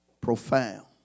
profound